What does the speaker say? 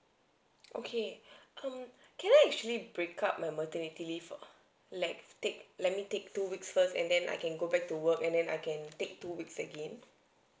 okay um can I actually break up my maternity leave ah like take let me take two weeks first and then I can go back to work and then I can take two weeks again